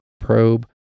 probe